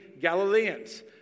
Galileans